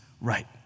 Right